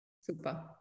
Super